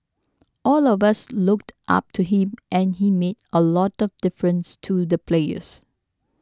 all of us looked up to him and he made a lot of difference to the players